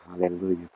Hallelujah